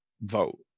vote